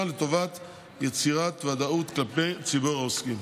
לטובת יצירת ודאות כלפי ציבור העוסקים.